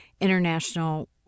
international